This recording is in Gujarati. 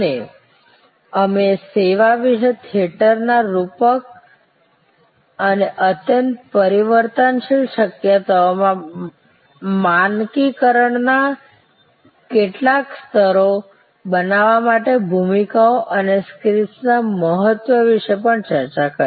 અને અમે સેવા વિશે થિયેટરના રૂપક અને અત્યંત પરિવર્તનશીલ શક્યતાઓમાં માનકીકરણના કેટલાક સ્તરો બનાવવા માટે ભૂમિકાઓ અને સ્ક્રિપ્ટ્સના મહત્વ વિશે પણ ચર્ચા કરી